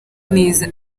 neza